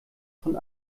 von